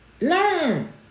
learn